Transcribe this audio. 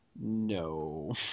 No